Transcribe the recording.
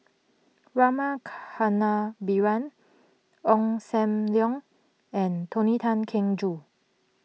Rama Kannabiran Ong Sam Leong and Tony Tan Keng Joo